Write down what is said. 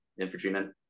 infantrymen